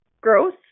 Growth